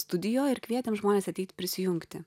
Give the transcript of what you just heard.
studijoj ir kvietėm žmones ateit prisijungti